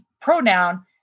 pronoun